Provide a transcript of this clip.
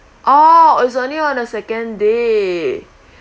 oh it's only on the second day